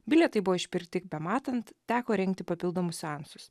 bilietai buvo išpirkti bematant teko rengti papildomus seansus